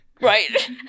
right